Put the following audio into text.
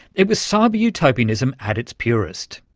it was cyber-utopianism at its purest.